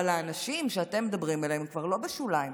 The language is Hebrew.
אבל האנשים שאתם מדברים עליהם הם כבר לא בשוליים.